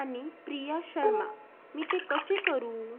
आणि प्रिया शर्मा मी ते कसे करू